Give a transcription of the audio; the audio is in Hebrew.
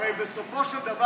הרי בסופו של דבר,